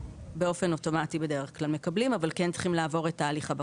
באופן אוטומטי בדרך כלל מקבלים אבל הם כן צריכים לעבור את תהליך הבקרה.